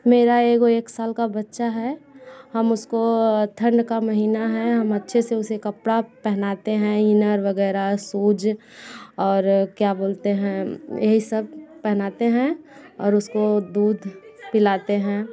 मेरा एगो एक साल का बच्चा है हम उसको ठंड का महिना है हम अच्छे से उसे कपड़ा पहनाते हैं इनर वगैरह शूज और क्या बोलते है यही सब पहनाते और उसको दूध पिलाते हैं